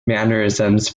mannerisms